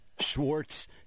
Schwartz